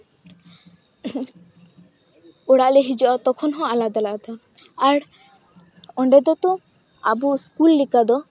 ᱚᱲᱟᱜ ᱞᱮ ᱦᱤᱡᱩᱜᱼᱟ ᱛᱚᱠᱷᱚᱱ ᱦᱚᱸ ᱟᱞᱟᱫᱟ ᱟᱞᱟᱫᱟ ᱟᱨ ᱚᱸᱰᱮ ᱫᱚᱛᱚ ᱟᱵᱚ ᱤᱥᱠᱩᱞ ᱞᱮᱠᱟ ᱫᱚ